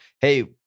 hey